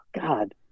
God